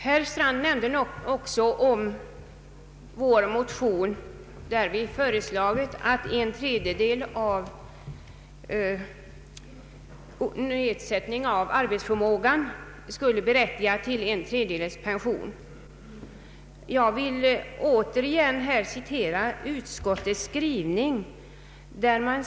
Herr Strand tog också upp vår motion, i vilken vi har föreslagit att nedsättning av arbetsförmågan skall berättiga till förtidspension med en tredjedel av hel pension. Jag vill återigen citera utskottets skrivning på denna punkt.